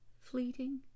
fleeting